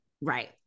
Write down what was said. Right